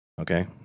Okay